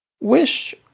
Wish